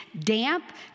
damp